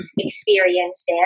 experiences